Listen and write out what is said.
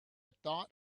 thought